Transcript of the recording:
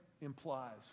implies